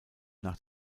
nach